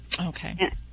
Okay